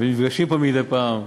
ונפגשים פה מדי פעם.